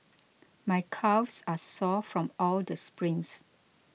my calves are sore from all the sprints